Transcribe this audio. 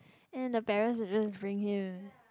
and the parent will just bring him